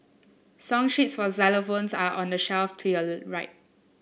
song sheets for xylophones are on the shelf to your right